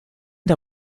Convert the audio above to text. der